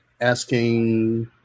Asking